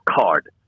card